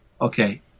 Okay